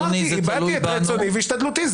הבעתי את רצוני והשתדלותי.